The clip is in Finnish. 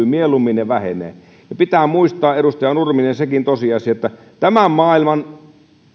mieluummin ne vähenevät pitää muistaa edustaja nurminen sekin tosiasia että tämän maailman